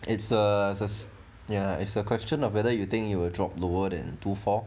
it's a ya it's a question of whether you think it will drop lower than two four